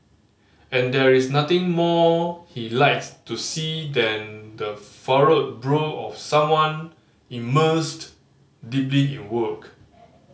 and there is nothing more he likes to see than the furrowed brow of someone immersed deeply in work